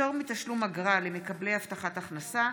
פטור מתשלום אגרה למקבלי הבטחת הכנסה),